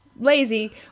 Lazy